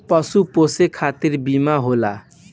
पशु पोसे खतिर बीमा होला